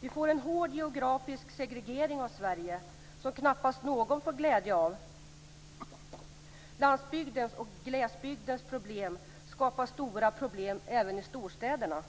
Vi får en hård geografisk segregering av Sverige som knappast någon får glädje av. Landsbygdens och glesbygdens problem skapar stora problem även i storstäderna.